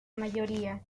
mayoría